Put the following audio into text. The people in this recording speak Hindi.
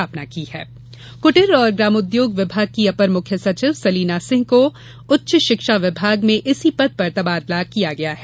आधिकारिक सूत्रों के अनुसार कृटीर और ग्रामोद्योग विभाग की अपर मुख्य सचिव सलीना सिंह को उच्च शिक्षा विभाग में इसी पद पर तबादला किया गया है